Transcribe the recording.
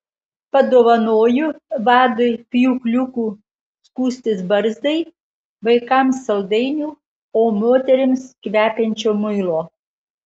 padovanoju vadui pjūkliukų skustis barzdai vaikams saldainių o moterims kvepiančio muilo